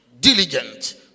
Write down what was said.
diligent